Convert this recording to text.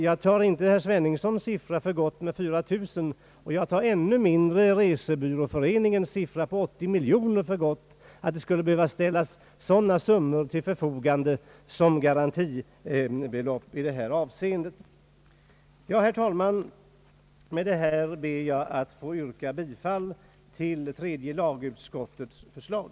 Jag tar inte herr Sveningssons siffra med 4 000 för gott och ännu mindre resebyråföreningens siffra på 80 miljoner att ställas till förfogande som garantibelopp i detta sammanhang. Herr talman! Med detta ber jag att få yrka bifall till tredje lagutskottets förslag.